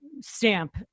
stamp